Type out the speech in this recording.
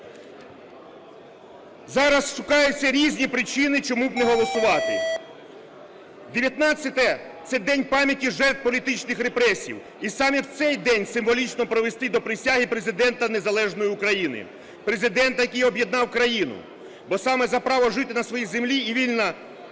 Зараз шукаються різні причини, чому б не голосувати. 19-е – це День пам'яті жертв політичних репресій, і саме в цей день символічно привести до присяги Президента незалежної України, Президента, який об'єднав країну, бо саме за право жити на своїй землі і вільно